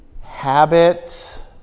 Habit